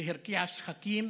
שהרקיעה שחקים